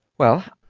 well,